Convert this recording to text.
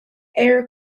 ayr